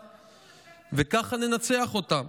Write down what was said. וככה ננצח אותם,